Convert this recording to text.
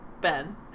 Ben